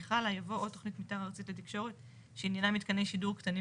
חלה" יבוא "או תכנית מיתאר ארצית לתקשורת שעניינה מיתקני שידור קטנים